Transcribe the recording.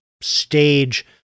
stage